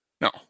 No